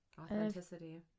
Authenticity